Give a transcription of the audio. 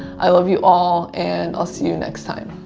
i love you all and i'll see you next time.